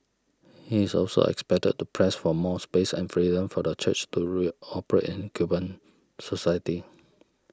he is also expected to press for more space and freedom for the Church to re operate in Cuban society